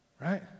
right